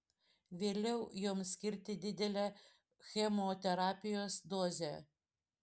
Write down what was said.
vėliau joms skirti didelę chemoterapijos dozę